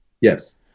Yes